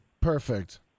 Perfect